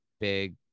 big